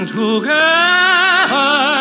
together